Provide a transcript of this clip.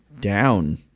down